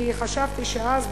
כי חשבתי שאז,